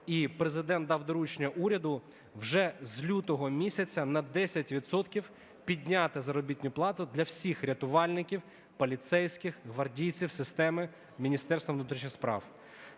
і Президент дав доручення уряду вже з лютого місяця на 10 відсотків підняти заробітну плату для всіх рятувальників, поліцейських, гвардійців системи Міністерства внутрішніх справ.